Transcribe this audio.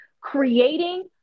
creating